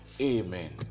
amen